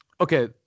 okay